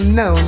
no